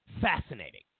fascinating